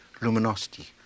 luminosity